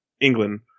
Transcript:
England